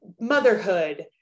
motherhood